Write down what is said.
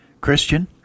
Christian